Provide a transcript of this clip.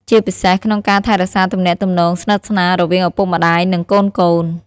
ជាពិសេស ក្នុងការថែរក្សាទំនាក់ទំនងស្និទ្ធស្នាលរវាងឪពុកម្ដាយ និងកូនៗ។